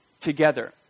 together